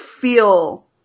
feel